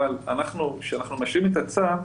אבל כשאנחנו מאשרים את הצו,